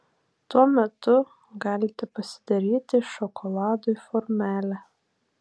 tuo metu galite pasidaryti šokoladui formelę